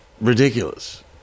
ridiculous